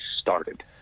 started